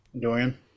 Dorian